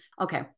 okay